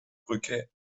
brücke